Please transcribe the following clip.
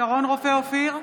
שרון רופא אופיר,